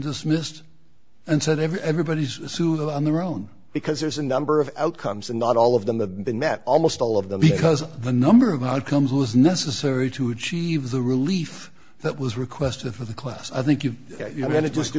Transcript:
dismissed and said every everybody's soothe their own because there's a number of outcomes and not all of them have been met almost all of them because the number of outcomes was necessary to achieve the relief that was requested for the class i think you